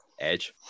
Edge